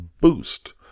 boost